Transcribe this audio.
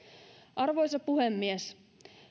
arvoisa puhemies